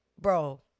bro